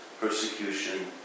persecution